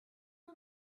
you